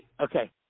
Okay